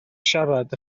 siarad